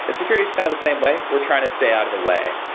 and security it's kind of the same way. we're trying to stay out of the way.